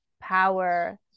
power